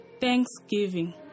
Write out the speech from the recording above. thanksgiving